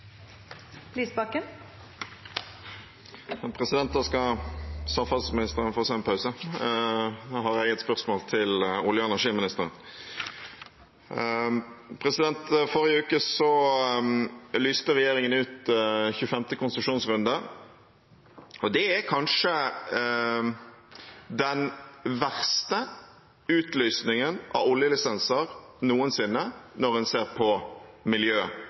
skal la samferdselsministeren få seg en pause. Jeg har et spørsmål til olje- og energiministeren. Forrige uke lyste regjeringen ut 25. konsesjonsrunde. Det er kanskje den verste utlysningen av oljelisenser noensinne når en ser på miljø-